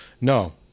No